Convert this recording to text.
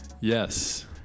yes